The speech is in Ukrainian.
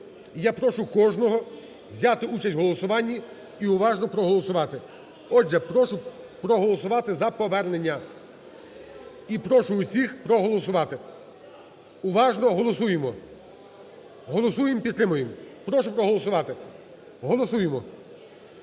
я прошу кожного взяти участь у голосуванні і уважно проголосувати. Отже, прошу проголосувати за повернення, і прошу всіх проголосувати. Уважно голосуємо, голосуємо і підтримуємо, прошу проголосувати, голосуємо,